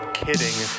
kidding